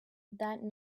that